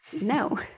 no